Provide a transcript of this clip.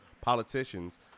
politicians